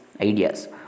ideas